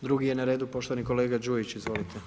Drugi je na redu poštovani kolega Đujić, izvolite.